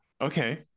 okay